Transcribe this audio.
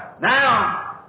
Now